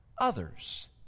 others